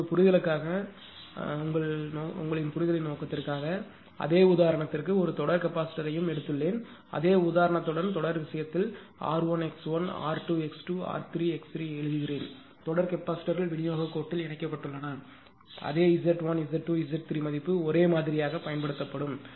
இப்போது புரிதலுக்காக உங்கள் புரிதலின் நோக்கத்திற்காக அதே உதாரணத்திற்கு ஒரு தொடர் கெபாசிட்டர் யையும் எடுத்துள்ளேன் அதே உதாரணத்துடன் தொடரின் விஷயத்தில் r1 x1 r2 x2 r3 x3எழுதினேன் தொடர் கெபாசிட்டர் கள் விநியோகக் கோட்டில் இணைக்கப்பட்டுள்ளன அதே Z1 Z2 Z3 மதிப்பு ஒரே மாதிரியாகப் பயன்படுத்தப்படும்